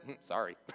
sorry